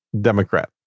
Democrat